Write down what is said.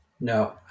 No